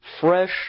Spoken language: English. fresh